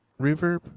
reverb